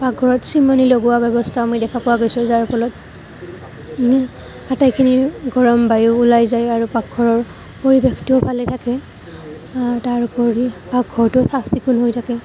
পাকঘৰত চিমনী লগোৱা ব্যৱস্থা আমি দেখা পোৱা গৈছোঁ যাৰ ফলত আটাইখিনি গৰম বায়ু ওলাই যায় আৰু পাকঘৰৰ পৰিৱেশটোও ভালে থাকে তাৰ উপৰি পাকঘৰটো চাফ চিকুণ হৈ থাকে